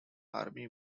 army